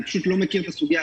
אני פשוט לא מכיר את הסוגיה.